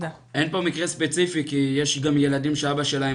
אין פה מקרה ספציפי כי יש פה ילדים שאבא שלהם